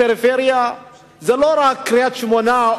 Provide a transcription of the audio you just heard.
פריפריה זה לא רק קריית-שמונה,